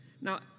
Now